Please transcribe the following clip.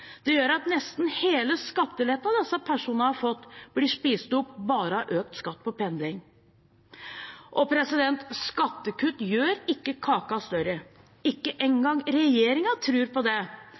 Det gjør at nesten hele skatteletten disse personene har fått, blir spist opp bare av økt skatt på pendling. Skattekutt gjør ikke kaka større, ikke engang regjeringen tror på det.